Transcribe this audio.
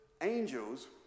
angels